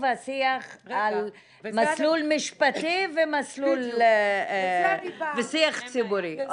על השיח על מסלול משפטי ושיח ציבורי.